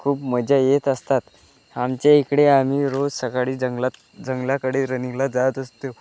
खूप मजा येत असतात आमच्या इकडे आम्ही रोज सकाळी जंगलात जंगलाकडे रनिंगला जात असतो